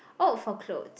oh for clothes